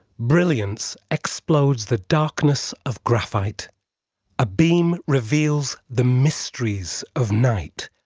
brilliance explodes the darkness of graphitea ah beam reveals the mysteries of night.